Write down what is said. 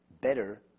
better